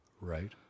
Right